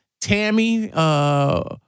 Tammy